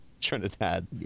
Trinidad